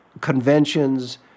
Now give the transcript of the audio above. conventions